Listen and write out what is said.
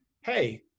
hey